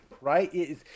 right